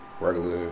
regular